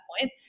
point